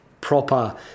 proper